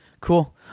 Cool